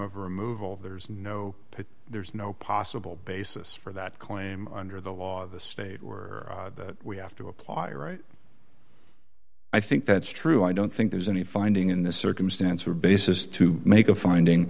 of removal there's no there's no possible basis for that claim under the law the state or we have to apply right i think that's true i don't think there's any finding in this circumstance or basis to make a finding